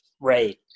Right